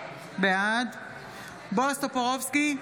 בעד בועז טופורובסקי,